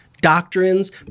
doctrines